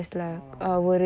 oh